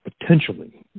potentially